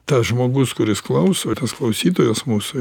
tas žmogus kuris klauso ir tas klausytojas mūsų